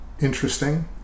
interesting